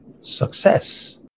Success